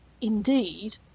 indeed